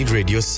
Radio